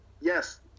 Yes